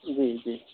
جی جی